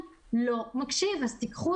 אני בטוחה שבהקשר של היכולת לאכוף ואיך מתפרסת האכיפה,